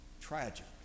Tragic